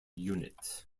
unit